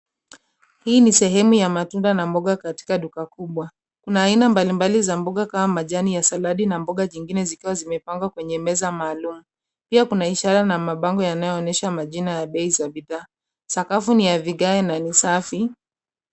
Hii ni sehemu ya matunda na mboga katika duka kubwa. Kuna aina mbalimbali za mboga kama majani ya saladi na mboga jingine zikiwa zimepangwa kwenye meza maalum. Pia kuna ishara na mabango yanayoonyesha majina na bei za bidhaa. Sakafu ni ya vigae na ni safi.